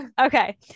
Okay